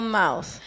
mouth